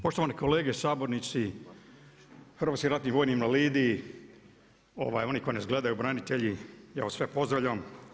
Poštovane kolege sabornici, hrvatski ratni vojni invalidi, oni koji nas gledaju, branitelji ja vas sve pozdravljam.